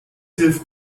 hilft